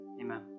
Amen